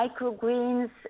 microgreens